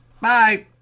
Bye